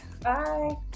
Bye